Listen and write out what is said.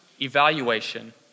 evaluation